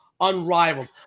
Unrivaled